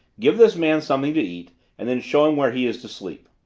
give this man something to eat and then show him where he is to sleep.